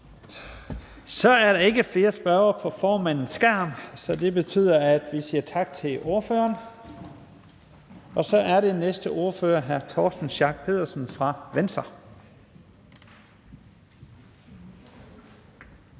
Så er der ikke flere spørgere på formandens skærm, og det betyder, at vi siger tak til ordføreren. Næste ordfører er hr. Torsten Schack Pedersen fra Venstre.